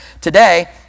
today